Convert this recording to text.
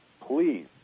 please